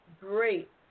great